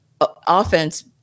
offense